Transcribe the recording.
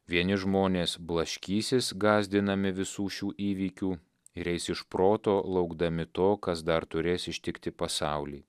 vieni žmonės blaškysis gąsdinami visų šių įvykių ir eis iš proto laukdami to kas dar turės ištikti pasaulį